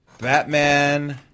Batman